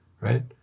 right